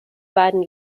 beiden